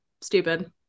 stupid